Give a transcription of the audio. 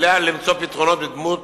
עליה למצוא פתרונות בדמות